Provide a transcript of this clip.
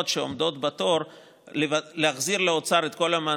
שעומדות בתור להחזיר לאוצר את כל המענקים,